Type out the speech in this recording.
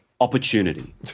opportunity